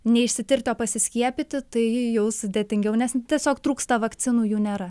neišsitirti o pasiskiepyti tai jau sudėtingiau nes tiesiog trūksta vakcinų jų nėra